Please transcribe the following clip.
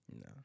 No